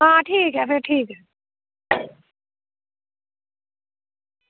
आं ठीक ऐ फिर ठीक ऐ